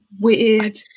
weird